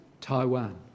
Taiwan